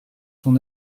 son